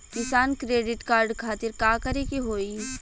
किसान credit card खातिर का करे के होई?